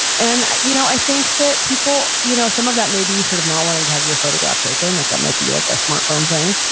and i you know i think that people, you know some of that may be sort of not wanting to have your photograph taken, like that might be like a smartphone thing.